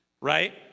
right